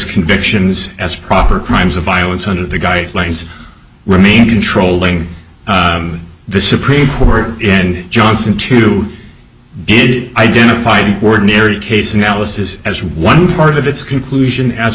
convictions as proper crimes of violence under the guidelines remained controlling the supreme court in johnson to did identifying ordinary case analysis as one part of its conclusion as